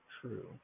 true